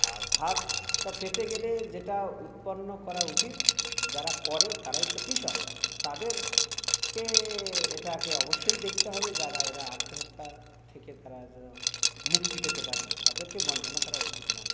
আর ভাতটা পেতে গেলে যেটা উত্পন্ন করা উচিত যারা করে তারাই তো কৃষক তাদেরকে এটাকে অবশ্যই দেখতে হবে যারা এরা আত্মহত্যা থেকে তারা মুক্তি পেতে পারে তাদেরকে বঞ্চনা করা উচিত নয়